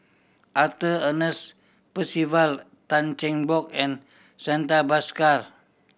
Arthur Ernest Percival Tan Cheng Bock and Santha Bhaskar